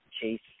chase